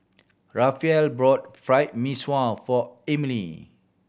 Rafael bought Fried Mee Sua for Ermine